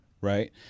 Right